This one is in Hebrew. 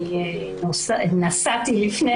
נסעתי לפני